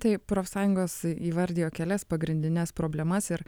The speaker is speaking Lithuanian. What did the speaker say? taip profsąjungos įvardijo kelias pagrindines problemas ir